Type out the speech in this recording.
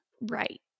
right